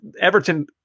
Everton